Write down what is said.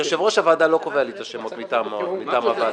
יושב-ראש הוועדה לא קובע לי את השמות מטעם הוועדה שלו.